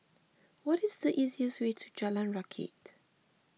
what is the easiest way to Jalan Rakit